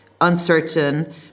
uncertain